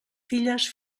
filles